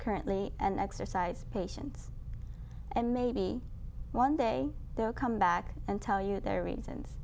currently and exercise patience and maybe one day they'll come back and tell you their reasons